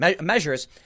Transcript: measures